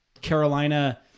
Carolina